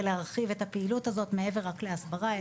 ולהרחיב את הפעילות הזאת מעבר להסברה,